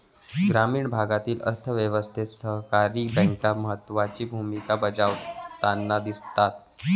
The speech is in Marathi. ग्रामीण भागातील अर्थ व्यवस्थेत सहकारी बँका महत्त्वाची भूमिका बजावताना दिसतात